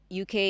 UK